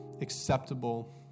acceptable